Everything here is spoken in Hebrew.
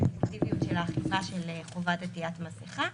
האפקטיביות של האכיפה של חובת עטיית מסכה,